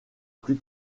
plus